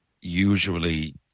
usually